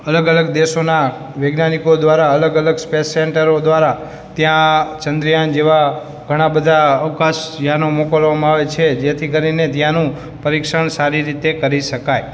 અલગ અલગ દેશોના વૈજ્ઞાનિકો દ્વારા અલગ અલગ સ્પેસ સેન્ટરો દ્વારા ત્યાં ચંદ્રયાન જેવા ઘણાં બધા અવકાશયાન મોકલવામાં આવે છે જેથી કરીને ત્યાંનું પરીક્ષણ સારી રીતે કરી શકાય